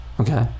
okay